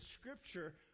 Scripture